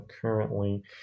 currently